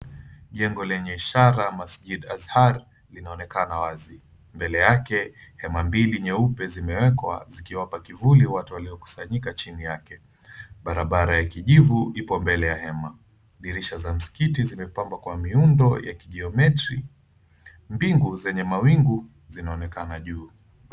Jengo lenye ishara Masjid Azhar linaonekana wazi. Mbele yake hema mbili nyeupe zimeekwa zikiwapa kivuli watu waliokusanyika chini yake. Barabara ya kijivu ipo mbele ya hema. Dirisha za msikiti zimepambwa kwa miundo ya kigeometri ,mbingu zenye mawingu zinaonekana juu.